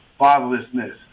fatherlessness